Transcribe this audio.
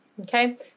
okay